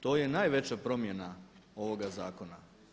To je najveća promjena ovoga zakona.